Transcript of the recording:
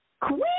Quit